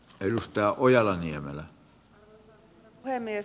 arvoisa herra puhemies